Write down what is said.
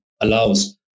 allows